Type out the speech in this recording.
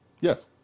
Yes